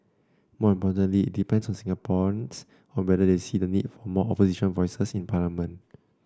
more importantly it depends on Singaporeans on whether they see the need for more opposition voices in parliament